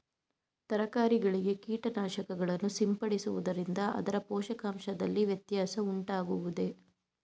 ತರಕಾರಿಗಳಿಗೆ ಕೀಟನಾಶಕಗಳನ್ನು ಸಿಂಪಡಿಸುವುದರಿಂದ ಅದರ ಪೋಷಕಾಂಶದಲ್ಲಿ ವ್ಯತ್ಯಾಸ ಉಂಟಾಗುವುದೇ?